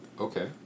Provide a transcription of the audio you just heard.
Okay